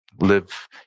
live